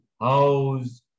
house